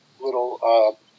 little